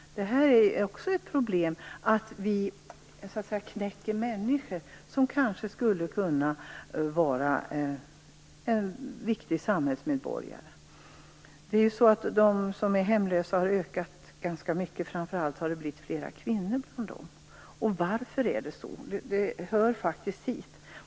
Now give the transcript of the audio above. Det är ett problem att människor knäcks, som kanske skulle kunna vara viktiga samhällsmedborgare. Antalet hemlösa har ökat ganska mycket, framför allt kvinnor. Varför är det så?